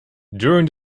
during